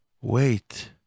Wait